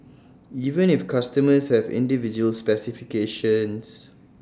even if customers have individual specifications